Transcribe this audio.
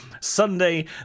Sunday